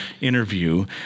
interview